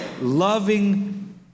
loving